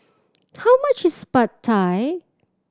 how much is Pad Thai